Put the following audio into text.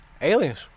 Aliens